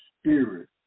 spirit